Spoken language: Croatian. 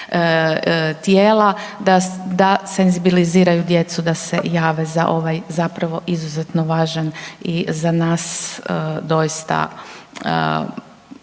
tijela da senzibiliziraju djecu da se jave za ovaj, zapravo izuzetno važan i za nas doista